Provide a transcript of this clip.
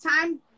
time